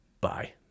Bye